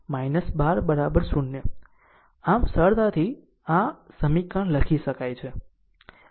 આમ સરળતાથી આ સમીકરણ લખી શકાય છે